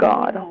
God